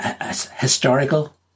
Historical